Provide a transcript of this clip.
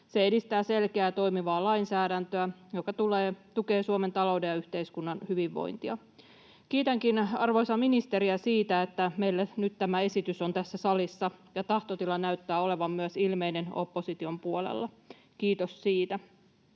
Se edistää selkeää ja toimivaa lainsäädäntöä, joka tukee Suomen talouden ja yhteiskunnan hyvinvointia. Kiitänkin arvoisaa ministeriä siitä, että meillä nyt tämä esitys on tässä salissa. Ja tahtotila näyttää olevan ilmeinen myös opposition puolella. Kiitos siitä.